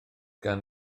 gan